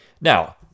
Now